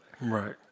Right